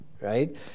Right